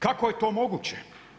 Kako je to moguće?